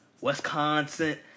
Wisconsin